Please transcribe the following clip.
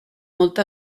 molta